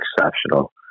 exceptional